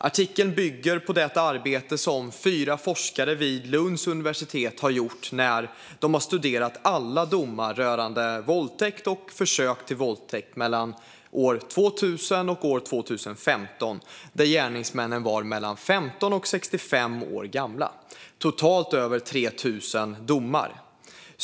Artikeln bygger på det arbete som fyra forskare vid Lunds universitet har gjort när de har studerat alla domar rörande våldtäkt och försök till våldtäkt mellan 2000 och 2015 där gärningsmännen var mellan 15 och 65 år gamla. Totalt studerade man över 3 000 domar.